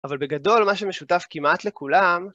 אבל בגדול, מה שמשותף כמעט לכולם